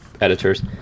editors